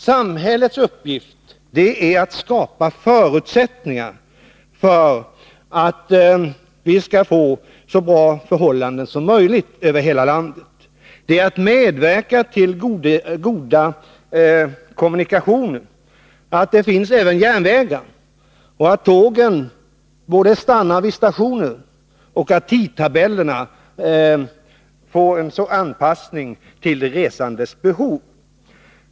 Samhällets uppgift är att skapa förutsättningar för att vi skall få så bra förhållanden som möjligt över hela landet. Det är att medverka till goda kommunikationer, att det finns även järnvägar och att tågen både stannar vid stationen och har tidtabeller med anpassning till de resandes behov.